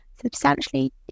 substantially